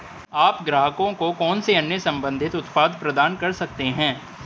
आप ग्राहकों को कौन से अन्य संबंधित उत्पाद प्रदान करते हैं?